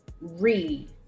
read